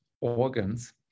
organs